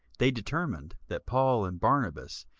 they determined that paul and barnabas,